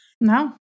No